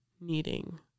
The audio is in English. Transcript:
needing